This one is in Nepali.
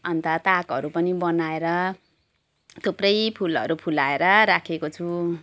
अन्त ताकहरू पनि बनाएर थुप्रै फुलहरू फुलाएर राखेको छु